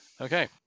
okay